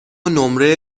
نمره